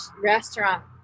restaurant